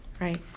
Right